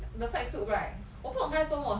the site supe right 我不懂他在做什么:wo bu dong ta zai zuo me